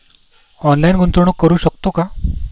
Online गुंतवणूक करू शकतो का?